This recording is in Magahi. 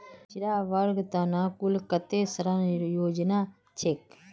पिछड़ा वर्गेर त न कुल कत्ते ऋण योजना छेक